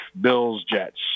Bills-Jets